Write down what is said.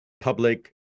public